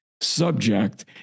subject